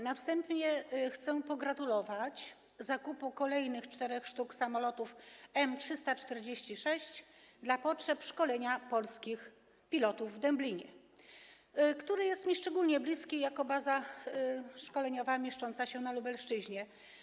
Na wstępie chcę pogratulować zakupu kolejnych czterech sztuk samolotów M-346 dla potrzeb szkolenia polskich pilotów w Dęblinie, który jest mi szczególnie bliski jako baza szkoleniowa mieszcząca się na Lubelszczyźnie.